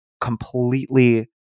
completely